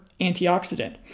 antioxidant